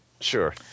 Sure